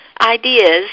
ideas